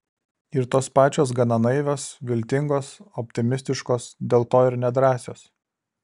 ir tos pačios gana naivios viltingos optimistiškos dėl to ir nedrąsios